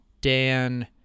Dan